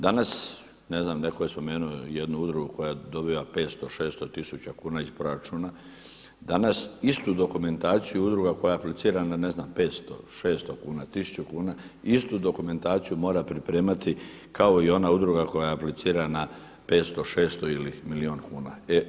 Danas, ne znam netko je spomenuo jednu udrugu koja dobiva 500, 600 tisuća kuna iz proračuna, danas istu dokumentaciju udruga koja aplicira ne znam na 500, 600 kuna, tisuću kuna istu dokumentaciju mora pripremati kao i ona udruga koja aplicira na 500, 600 ili milijun kuna.